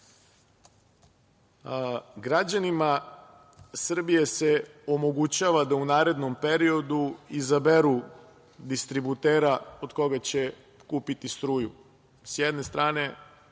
dolara. Građanima Srbije se omogućava da u narednom periodu izaberu distributera od koga će kupiti struju. S jedne strane